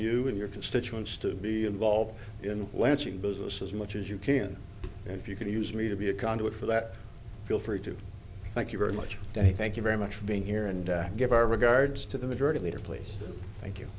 you and your constituents to be involved in lansing business as much as you can and if you can use me to be a conduit for that feel free to thank you very much today thank you very much for being here and give our regards to the majority leader please thank you